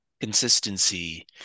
consistency